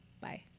bye